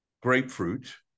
Grapefruit